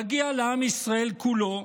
מגיע לעם ישראל כולו,